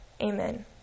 Amen